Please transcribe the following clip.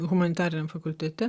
humanitariniam fakultete